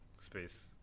space